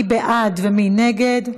מי בעד ומי נגד?